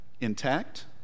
intact